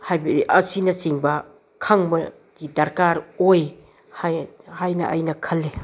ꯍꯥꯏꯕꯗꯤ ꯑꯁꯤꯅꯆꯤꯡꯕ ꯈꯪꯕꯒꯤ ꯗꯔꯀꯥꯔ ꯑꯣꯏ ꯍꯥꯏꯅ ꯑꯩꯅ ꯈꯜꯂꯤ